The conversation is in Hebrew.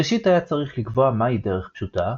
ראשית היה צריך לקבוע מהי "דרך פשוטה",